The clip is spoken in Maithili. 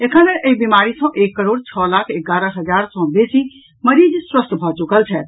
एखन धरि एहि बीमारी सॅ एक करोड छओ लाख एगारह हजार सॅ बेसी मरीज स्वस्थ भऽ चुकल छथि